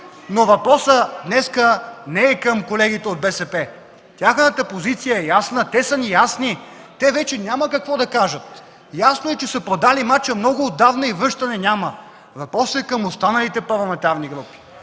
Въпросът днес не е към колегите от БСП – тяхната позиция е ясна, те са ни ясни! Те вече няма какво да кажат. Ясно е, че са продали мача много отдавна и връщане няма. Въпросът е към останалите парламентарни групи.